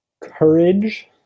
Courage